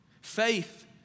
Faith